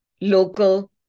local